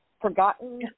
forgotten